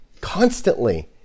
constantly